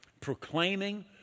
proclaiming